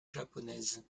japonaise